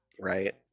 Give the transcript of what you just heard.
Right